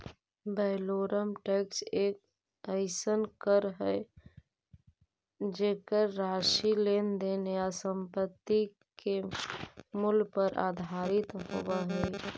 valorem tax एक अइसन कर हइ जेकर राशि लेन देन या संपत्ति के मूल्य पर आधारित होव हइ